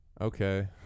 Okay